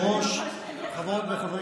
חברות וחברי כנסת,